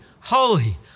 holy